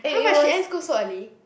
!huh! but she end school so early